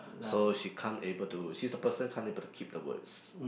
so she can't able to she's the person can't able to keep the words